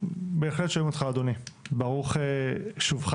ברוך שובך